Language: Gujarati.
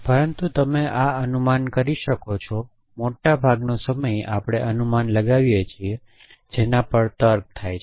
પછી તમે આ અનુમાન કરી શકો પરંતુ મોટાભાગનો સમય આપણે અનુમાન લગાવીએ છીએ જેના પર તર્ક થાય છે